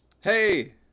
Hey